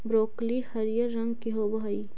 broccoli हरियर रंग के होब हई